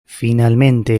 finalmente